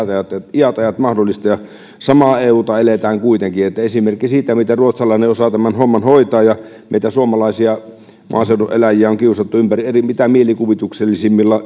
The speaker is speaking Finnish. iät ajat mahdollista ja samaa euta eletään kuitenkin että esimerkki siitä miten ruotsalainen osaa tämän homman hoitaa ja meitä suomalaisia maaseudun eläjiä on kiusattu mitä mielikuvituksellisimmilla